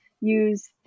use